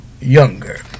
younger